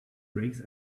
brakes